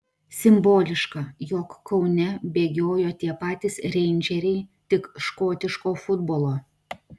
simboliška jog kaune bėgiojo tie patys reindžeriai tik škotiško futbolo